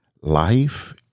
Life